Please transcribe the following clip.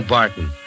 Barton